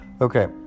Okay